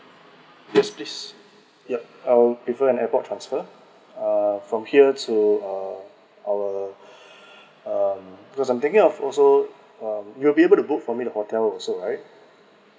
yes please yup I'll prefer an airport transfer uh from here to uh our um because I'm thinking of also um you'll be able to book for me the hotel also right